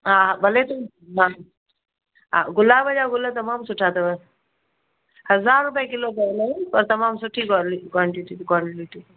हा भले तूं हा हा गुलाब जा गुल तमामु सुठा अथव हज़ार रुपे किलो पवंदव पर तमामु सुठी कॉलि क्वांटिटी क्वालिटी